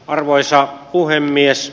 arvoisa puhemies